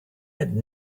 had